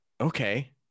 okay